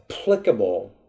applicable